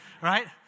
right